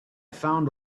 found